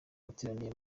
bateraniye